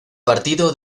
partido